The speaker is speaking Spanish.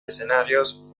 escenarios